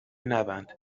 نبند